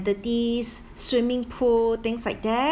swimming pool things like that